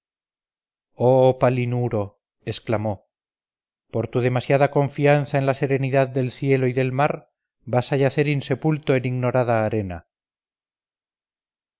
oh palinuro exclamó por tu demasiada confianza en la serenidad del cielo y del mar vas a yacer insepulto en ignorada arena